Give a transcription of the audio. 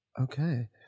Okay